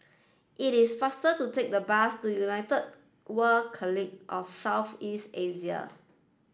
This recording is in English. it is faster to take the bus to United World College of South East Asia